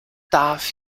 darf